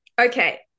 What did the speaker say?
Okay